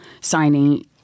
signing